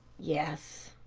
yes.